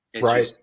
Right